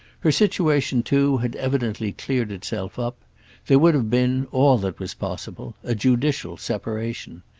her situation too had evidently cleared itself up there would have been all that was possible a judicial separation.